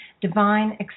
divine